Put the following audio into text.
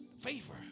favor